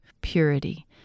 purity